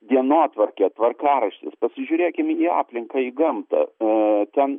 dienotvarkė tvarkaraštis pasižiūrėkim į aplinką į gamtą ten